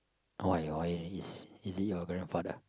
oh why why is is he your grandfather